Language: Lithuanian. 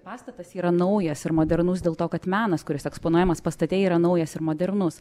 pastatas yra naujas ir modernus dėl to kad menas kuris eksponuojamas pastate yra naujas ir modernus